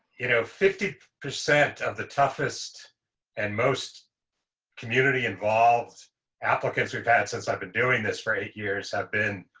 you know fifty percent of the toughest and most community involved applicants, we've had since i've been doing this for eight years have been,